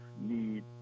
need